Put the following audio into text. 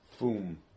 Boom